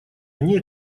они